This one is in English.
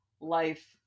life